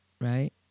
right